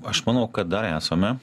aš manau kad dar esame